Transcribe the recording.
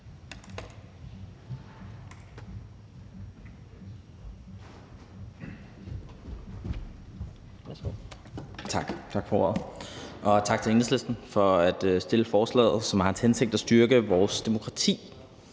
Tak for ordet. Og tak til Enhedslisten for at fremsætte forslaget, som har til hensigt at styrke vores demokrati